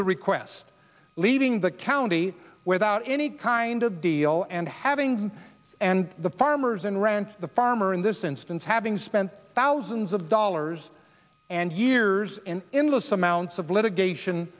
the request leaving the county without any kind of deal and having and the farmers and rent the farmer in this instance having spent thousands of dollars and years and in those amounts of litigation